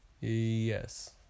Yes